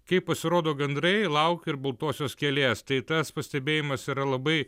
kai pasirodo gandrai lauk ir baltosios kielės tai tas pastebėjimas yra labai